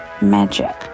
magic